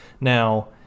now